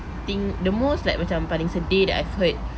thing the most like macam paling sedih that I've heard